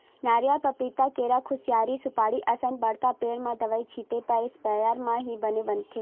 नरियर, पपिता, केरा, खुसियार, सुपारी असन बड़का पेड़ म दवई छिते बर इस्पेयर म ही बने बनथे